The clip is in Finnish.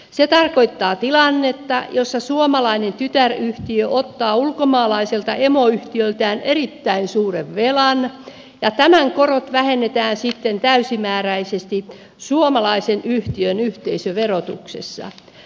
se tarkoittaa tilannetta jossa suomalainen tytäryhtiö ottaa ulkomaalaiselta emoyhtiöltään erittäin suuren velan ja tämän korot vähennetään sitten täysimääräisesti suomalaisen yhtiön yhteisöverotuksessa